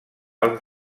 els